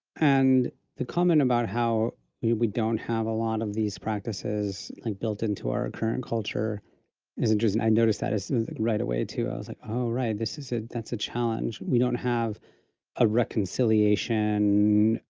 and the comment about how we don't have a lot of these practices, like built into our current culture is interesting. i noticed that as soon as right away, too. i was like, oh, right. this is a that's a challenge. we don't have a reconciliation,